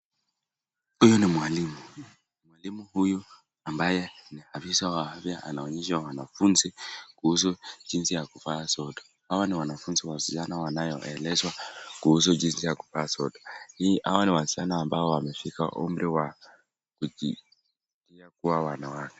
Huyu ni mwalimu. Mwalimu huyu ambaye ni afisa wa afya anaonyesha wanafunzi kuhusu jinsi ya kuvaa sodo. Hawa ni wanafunzi wasichana wanaoelezwa kuhusu jinsi ya kuvaaa sodo. Hawa ni wasichana ambao wamefika umri wa kufika kuwa wanawake.